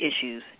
issues